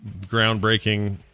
groundbreaking